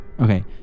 Okay